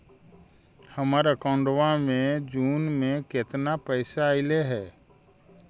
हमर अकाउँटवा मे जून में केतना पैसा अईले हे?